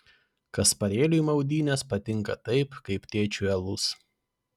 kasparėliui maudynės patinka taip kaip tėčiui alus